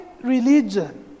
religion